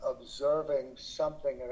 observing—something